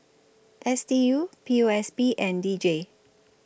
S D U P O S B and D J